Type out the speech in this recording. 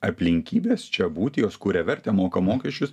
aplinkybės čia būti jos kuria vertę moka mokesčius